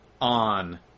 On